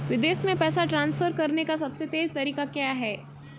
विदेश में पैसा ट्रांसफर करने का सबसे तेज़ तरीका क्या है?